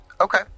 Okay